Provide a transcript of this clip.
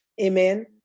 amen